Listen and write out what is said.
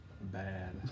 bad